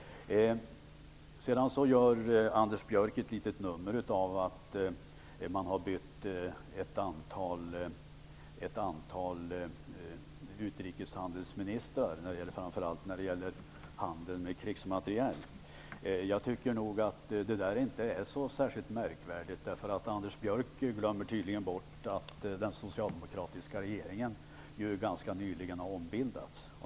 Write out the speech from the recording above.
Sedan gör Anders Björck ett litet nummer av att man har bytt ut ett antal utrikeshandelsministrar, framför allt när det gäller handel med krigsmateriel. Jag tycker nog inte att det där är så märkvärdigt. Anders Björck glömmer tydligen bort att den socialdemokratiska regeringen ju ganska nyligen har ombildats.